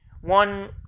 one